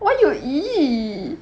why you !ee!